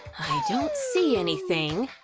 i don't see anything,